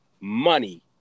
money